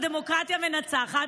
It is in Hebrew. הדמוקרטיה מנצחת,